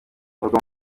murwa